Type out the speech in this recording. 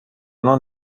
non